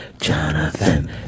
Jonathan